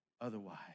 otherwise